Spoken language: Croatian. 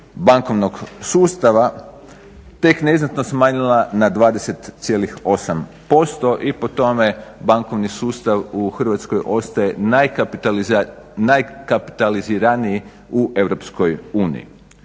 bankovnog sustava tek neznatno smanjila na 20,8% i po tome bankovni sustav u Hrvatskoj ostaje najkapitaliziraniji u EU.